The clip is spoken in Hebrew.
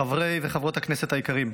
חברות וחברי הכנסת היקרים,